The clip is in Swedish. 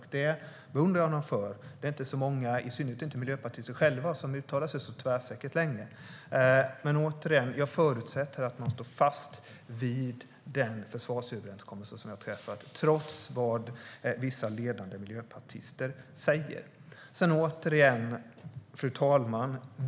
Det beundrar jag honom för. Det är inte så många, i synnerhet inte miljöpartister själva, som uttalar sig så tvärsäkert längre. Återigen: Jag förutsätter att man står fast vid den försvarsöverenskommelse som vi har träffat oavsett vad vissa ledande miljöpartister säger. Fru talman!